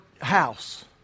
house